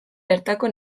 bertako